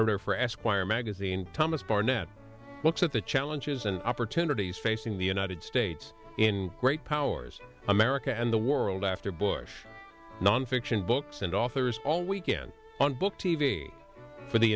tor for esquire magazine thomas barnett looks at the challenges and opportunities facing the united states in great powers american and the world after bush non fiction books and authors all weekend on book tv for the